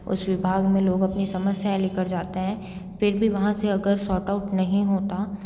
उस विभाग में लोग अपनी समस्याएं लेकर जाते हैं फिर भी वहाँ से अगर सॉट आउट नहीं होता